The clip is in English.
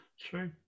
True